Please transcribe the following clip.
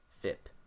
fip